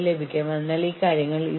ഇവയാണ് ഞങ്ങൾ സമ്മതിക്കുന്ന കാര്യങ്ങൾ